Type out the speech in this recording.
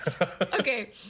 Okay